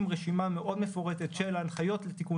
עם רשימה מאוד מפורטת של הנחיות לתיקון